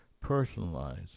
personalized